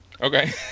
Okay